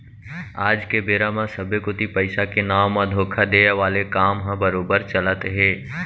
आज के बेरा म सबे कोती पइसा के नांव म धोखा देय वाले काम ह बरोबर चलत हे